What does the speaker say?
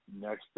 next